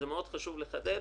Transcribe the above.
מאוד חשוב לחדד,